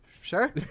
sure